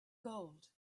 gold